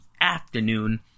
afternoon